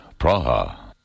Praha